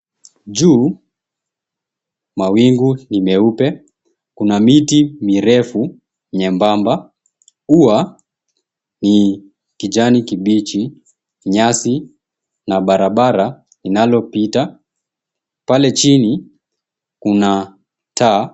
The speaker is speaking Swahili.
Juu mawingu ni meupe. Kuna miti mirefu nyembamba. Ua ni kijani kibichi. Nyasi na barabara inalopita. Pale chini kuna taa.